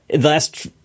last